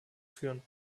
führen